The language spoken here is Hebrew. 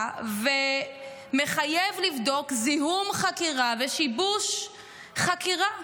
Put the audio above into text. ומחייב לבדוק זיהום חקירה ושיבוש חקירה.